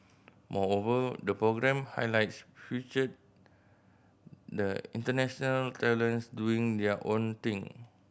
moreover the program highlights featured the international talents doing their own thing